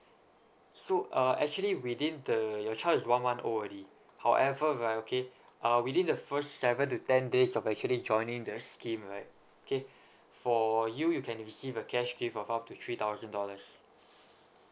so uh actually within the your child is one month old already however right okay uh within the first seven to ten days of actually joining this scheme right okay for you you can receive the cash gift of up to three thousand dollars